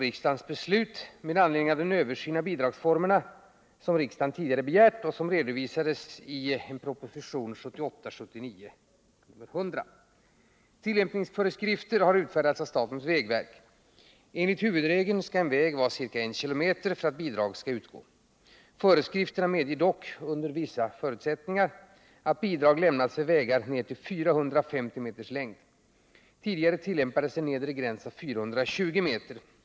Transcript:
Tillämpningsföreskrifter till den nya förordningen har utfärdats av statens vägverk. Enligt huvudregeln skall en väg vara ca 1 km för att bidrag skall utgå. Föreskrifterna medger dock — under vissa förutsättningar — att bidrag lämnas för vägar ned till 450 meters längd. Tidigare tillämpades en nedre gräns av 420 m.